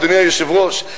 אדוני היושב-ראש,